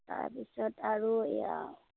তাৰপিছত আৰু এইয়া